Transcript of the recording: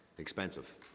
Expensive